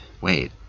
wait